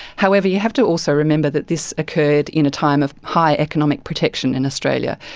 however, you have to also remember that this occurred in a time of high economic protection in australia.